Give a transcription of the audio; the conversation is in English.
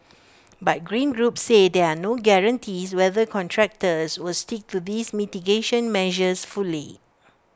but green groups say there are no guarantees whether contractors will stick to these mitigation measures fully